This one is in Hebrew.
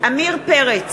עמיר פרץ,